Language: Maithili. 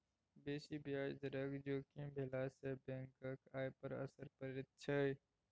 बेसी ब्याज दरक जोखिम भेलासँ बैंकक आय पर असर पड़ैत छै